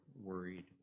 worried